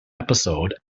episode